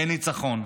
אין ניצחון.